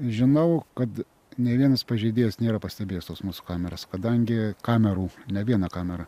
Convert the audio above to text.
žinau kad nei vienas pažeidėjas nėra pastebėjęs tos mūsų kameros kadangi kamerų ne viena kamera